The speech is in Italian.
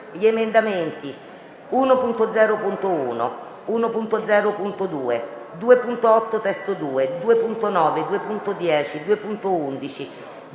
gli emendamenti 1.0.1, 1.0.2, 2.8 (testo 2), 2.9, 2.10, 2.11,